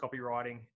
copywriting